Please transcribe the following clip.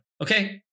okay